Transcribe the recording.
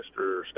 Mr